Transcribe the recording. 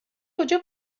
کجا